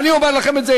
ואני אומר לכם את זה,